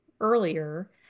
earlier